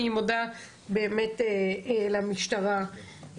אני מודה באמת למשטרה,